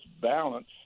balance